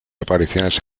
apariciones